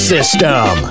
System